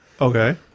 Okay